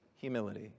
humility